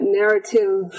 narrative